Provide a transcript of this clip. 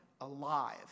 alive